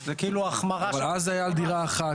זו החמרה --- אבל אז זה היה על דירה אחת,